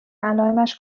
علائمش